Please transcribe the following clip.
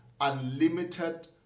unlimited